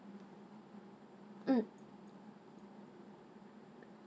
mm mm